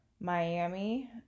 Miami